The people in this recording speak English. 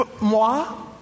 moi